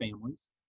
Families